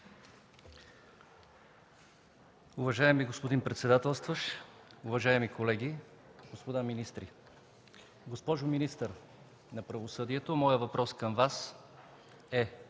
Уважаеми господин председателстващ, уважаеми колеги, господа министри! Госпожо министър на правосъдието, моят въпрос към Вас е: